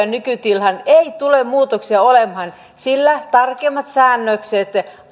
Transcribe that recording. nykytilaan ei tule muutoksia sillä tarkemmat säännökset